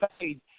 paid